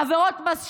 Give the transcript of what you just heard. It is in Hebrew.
עבירות מס שבח?